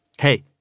Hey